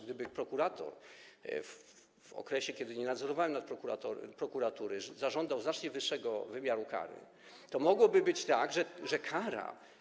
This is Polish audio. Gdyby prokurator w okresie, kiedy nie nadzorowałem prokuratury, zażądał znacznie wyższego wymiaru kary, to mogłoby być tak, że kara.